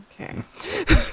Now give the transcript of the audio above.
okay